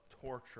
torture